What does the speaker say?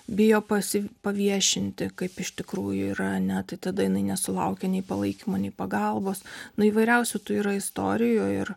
bijo pasi paviešinti kaip iš tikrųjų yra ane tai tada jinai nesulaukia nei palaikymo nei pagalbos nu įvairiausių tų yra istorijojų ir